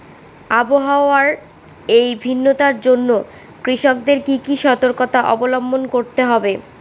আবহাওয়ার এই ভিন্নতার জন্য কৃষকদের কি কি সর্তকতা অবলম্বন করতে হবে?